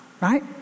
Right